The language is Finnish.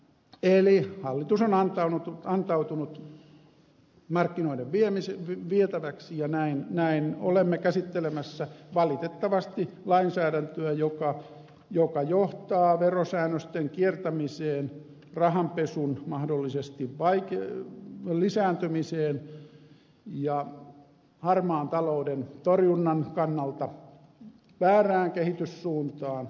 eli hallitus on antautunut markkinoiden vietäväksi ja näin olemme käsittelemässä valitettavasti lainsäädäntöä joka johtaa verosäännösten kiertämiseen mahdollisesti rahanpesun lisääntymiseen ja harmaan talouden torjunnan kannalta väärään kehityssuuntaan